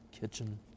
kitchen